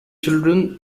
children